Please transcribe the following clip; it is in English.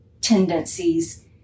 tendencies